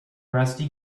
rusty